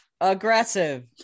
Aggressive